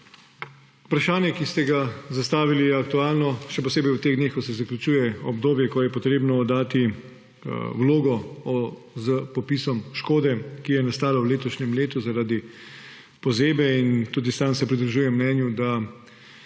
Vprašanje, ki ste ga zastavili, je aktualno še posebej v teh dneh, ko se zaključuje obdobje, ko je potrebno oddati vlogo s popisom škode, ki je nastala v letošnjem letu zaradi pozebe. Tudi sam se pridružujem mnenju, da